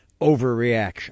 overreaction